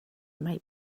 might